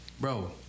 bro